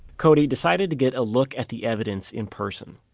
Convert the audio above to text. cody decided to get a look at the evidence in person.